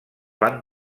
van